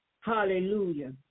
Hallelujah